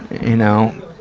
you know.